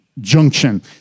Junction